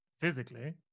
physically